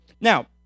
Now